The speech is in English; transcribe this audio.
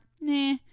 Nah